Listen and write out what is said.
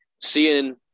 Seeing